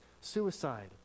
suicide